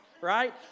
Right